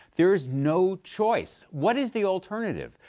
there is no choice. what is the alternative?